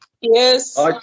Yes